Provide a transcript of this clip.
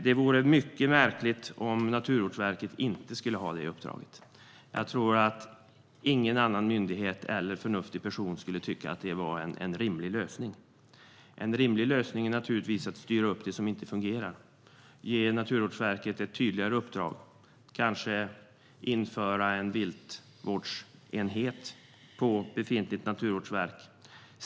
Det vore mycket märkligt om Naturvårdsverket inte skulle ha det uppdraget. Ingen annan myndighet eller någon förnuftig person skulle tycka att det var en rimlig lösning. En rimlig lösning är naturligtvis att styra upp det som inte fungerar och ge Naturvårdsverket ett tydligare uppdrag. Kanske ska man inrätta en viltvårdsenhet på befintligt naturvårdsverk.